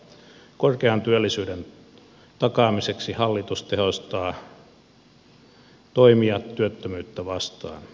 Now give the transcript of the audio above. korkean työllisyyden takaamiseksi hallitus tehostaa toimia työttömyyttä vastaan